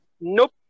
nope